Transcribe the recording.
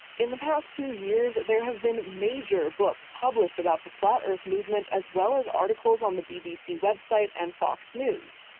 in the past two years, there have been major books published about the flat earth movement, as well as articles on the bbc website and fox news,